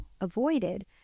avoided